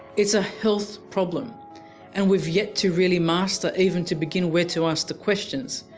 it's ah health problem and we've yet to really master even to begin where to ask the questions.